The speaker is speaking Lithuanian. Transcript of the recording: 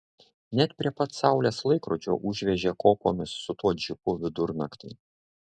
net prie pat saulės laikrodžio užvežė kopomis su tuo džipu vidurnaktį